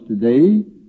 today